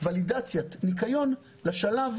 ולידציית ניקיון לשלב".